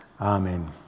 amen